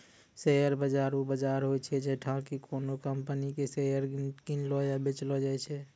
share बाजार उ बजार होय छै जैठां कि कोनो कंपनी के शेयर किनलो या बेचलो जाय छै